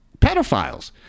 pedophiles